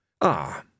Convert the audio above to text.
Ah